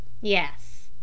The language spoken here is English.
yes